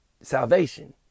salvation